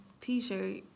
t-shirt